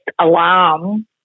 alarm